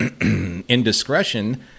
indiscretion